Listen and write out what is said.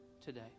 today